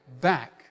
back